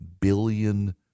billion